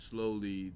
Slowly